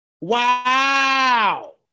Wow